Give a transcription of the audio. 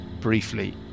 briefly